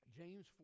James